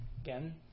again